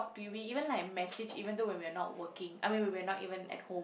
to we even like message even though when we are not working I mean when we are not even at home